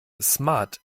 smart